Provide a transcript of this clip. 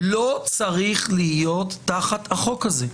לא צריך להיות תחת החוק הזה.